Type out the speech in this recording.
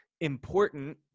important